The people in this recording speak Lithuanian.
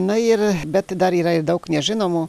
na ir bet dar yra ir daug nežinomų